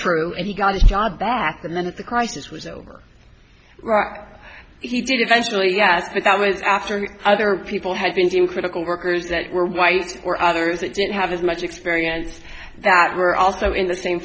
true and he got his job back the minute the crisis was over he did eventually yeah but that was after other people had been critical workers that were white or others that didn't have as much experience that were also in the same